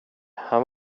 han